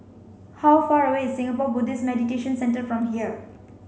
how far away Singapore Buddhist Meditation Centre from here